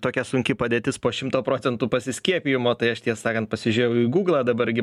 tokia sunki padėtis po šimto procentų pasiskiepijimo tai aš tiesą sakant pasižiūrėjau į guglą dabar gi